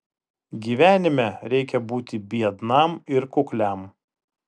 gyvenime reikia būti biednam ir kukliam